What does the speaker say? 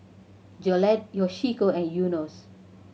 Jolette Yoshiko and Enos